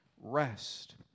rest